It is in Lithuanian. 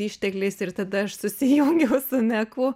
ištekliais ir tada aš susijungiau su meku